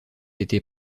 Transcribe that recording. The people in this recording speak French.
été